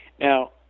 now